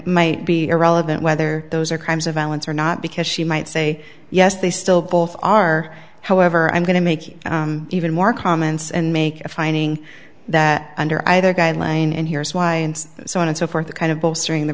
might be irrelevant whether those are crimes of violence or not because she might say yes they still both are however i'm going to make even more comments and make a finding that under either guideline and here's why and so on and so forth kind of bolstering the